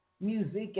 music